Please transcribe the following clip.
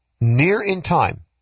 near-in-time